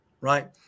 right